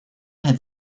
had